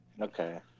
Okay